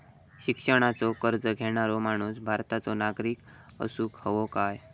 शिक्षणाचो कर्ज घेणारो माणूस भारताचो नागरिक असूक हवो काय?